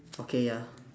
okay ya